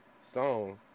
song